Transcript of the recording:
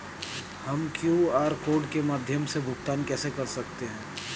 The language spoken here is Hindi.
हम क्यू.आर कोड के माध्यम से भुगतान कैसे कर सकते हैं?